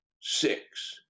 Six